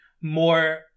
more